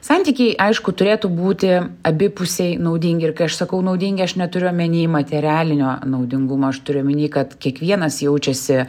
santykiai aišku turėtų būti abipusiai naudingi ir kai aš sakau naudingi aš neturiu omeny materialinio naudingumo aš turiu omeny kad kiekvienas jaučiasi